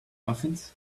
muffins